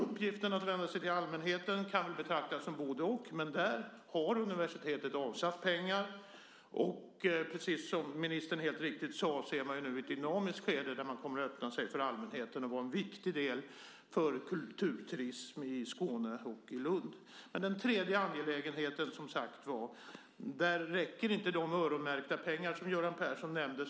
Uppgiften att vända sig till allmänheten kan väl betraktas som både och, men där har universitetet avsatt pengar. Precis som ministern sade är man nu i ett dynamiskt skede där man kommer att öppna sig för allmänheten och spela en viktig roll för kulturturism i Skåne och Lund. Men för den tredje angelägenheten räcker inte de öronmärkta pengar som Göran Persson nämnde.